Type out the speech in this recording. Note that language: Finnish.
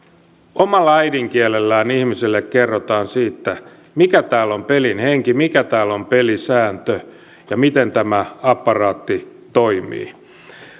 omalla äidinkielellään ihmiselle kerrotaan siitä mikä täällä on pelin henki mikä täällä on pelisääntö ja miten tämä apparaatti toimii